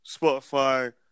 spotify